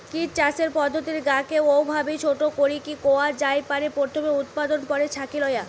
kit চাষের পদ্ধতির গা কে অউভাবি ছোট করিকি কয়া জাই পারে, প্রথমে উতপাদন, পরে ছাকি লয়া